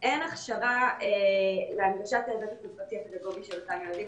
אין הכשרה להנגשת ההיבט החברתי הפדגוגי של אותם ילדים,